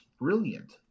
brilliant